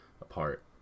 apart